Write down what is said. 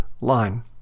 line